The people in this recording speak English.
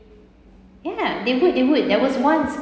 ya they would they would there was once